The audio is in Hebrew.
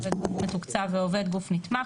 "עובד גוף מתוקצב" ו"עובד גוף נתמך"